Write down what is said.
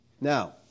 Now